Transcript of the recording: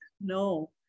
No